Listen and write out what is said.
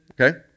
Okay